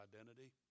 identity